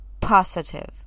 positive